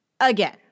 Again